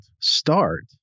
start